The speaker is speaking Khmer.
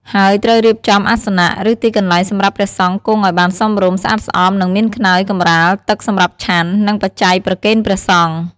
ហើយត្រូវរៀបចំអាសនៈ ឬទីកន្លែងសម្រាប់ព្រះសង្ឃគង់ឲ្យបានសមរម្យ ស្អាតស្អំ និងមានខ្នើយ កម្រាល ទឹកសម្រាប់ឆាន់ និងបច្ច័យប្រគេនព្រះសង្ឃ។